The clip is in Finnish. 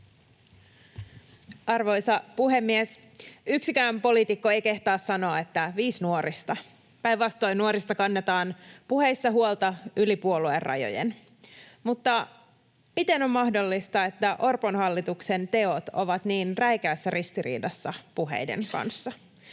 Arvoisa puhemies! Yksikään poliitikko ei kehtaa sanoa, että viis nuorista. Päinvastoin, nuorista kannetaan puheissa huolta yli puoluerajojen. Mutta miten on mahdollista, että Orpon hallituksen teot ovat niin räikeässä ristiriidassa puheiden kanssa?